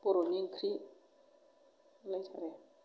बर'नि ओंख्रि